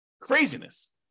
Craziness